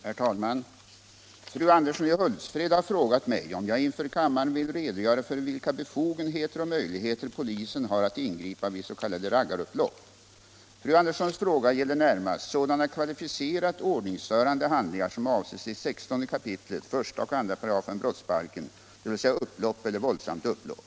Herr talman! Fru Andersson i Hultsfred har frågat mig om jag inför kammaren vill redogöra för vilka befogenheter och möjligheter polisen har att ingripa vid s.k. raggarupplopp. Fru Anderssons fråga gäller närmast sådana kvalificerat ordningsstörande handlingar som avses i 16 kap. I och 2 §§ brottsbalken, dvs. upplopp eller våldsamt upplopp.